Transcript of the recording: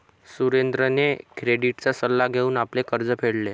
सुरेंद्रने क्रेडिटचा सल्ला घेऊन आपले कर्ज फेडले